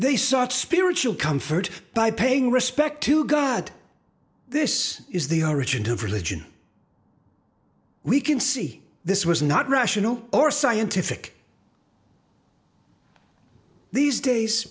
they sought spiritual comfort by paying respect to god this is the origin of religion we can see this was not rational or scientific these days